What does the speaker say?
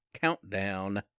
countdown